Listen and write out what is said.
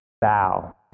bow